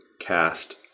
cast